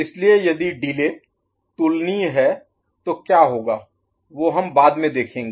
इसलिए यदि डिले तुलनीय है तो क्या होगा वो हम बाद में देखेंगे